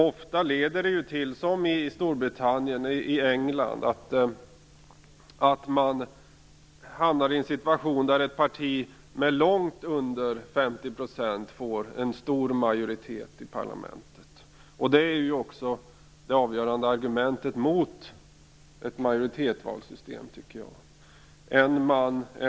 Ofta leder det, som i Storbritannien, till en situation där ett parti som har långt under 50 % av rösterna får en stor majoritet i parlamentet. Det är det avgörande argumentet mot ett system med majoritetsval, tycker jag.